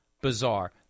bizarre